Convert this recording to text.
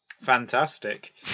Fantastic